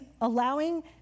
allowing